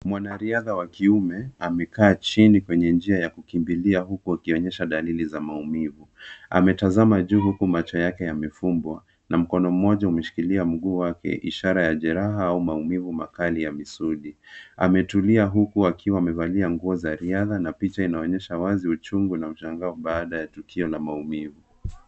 Mwanariadha wa kiume amekaa chini kwenye ya njia ya kukimbilia huku akionyesha dalili za maumivu. Ametazama juu huku macho yake yamefumbwa na mkono mmoja umeshikilia mguu wake, ishara ya jeraha au maumivu makali ya misuli. Ametulia huku akiwa amevalia nguo za riadha na picha inaonyesha wazi uchungu na mshangao baada ya tukio la maumivu.